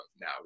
now